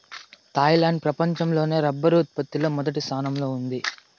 Thailand ప్రపంచం లోనే rubber ఉత్పత్తి లో మొదటి స్థానంలో ఉంది